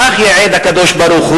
כך ייעד הקדוש-ברוך-הוא,